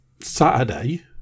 Saturday